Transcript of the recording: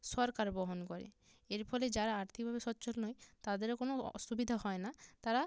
সরকার বহন করে এর ফলে যারা আর্থিকভাবে সচ্ছল নয় তাদেরও কোনো অসুবিধে হয় না তারা